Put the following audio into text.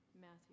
Matthew